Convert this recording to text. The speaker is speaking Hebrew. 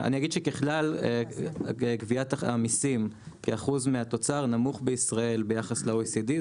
אני אגיד שככלל גביית המיסים כאחוז מהתוצר נמוך בישראל ביחס ל-OECD,